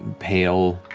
pale,